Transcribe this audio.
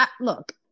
look